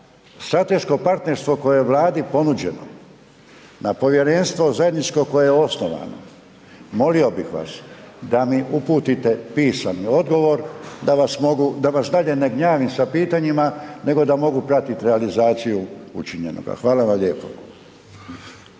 strateško partnerstvo koje je Vladi ponuđeno, na povjerenstvo zajedničko koje je osnovano, molio bih vas, da mi uputite pisani odgovor da vas dalje ne gnjavim sa pitanjima nego da mogu pratiti realizaciju učinjenoga. Hvala vam lijepo.